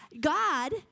God